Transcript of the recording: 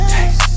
Taste